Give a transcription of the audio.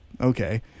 okay